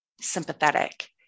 sympathetic